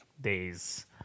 days